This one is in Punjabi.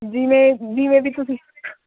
ਜਿਵੇਂ ਜਿਵੇਂ ਵੀ ਤੁਸੀਂ